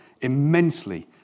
immensely